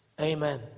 Amen